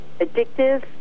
addictive